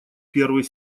первый